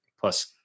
plus